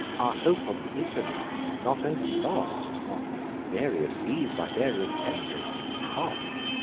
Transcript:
our hope of italy not only lost, on various seas by various tempests toss'd,